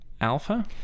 alpha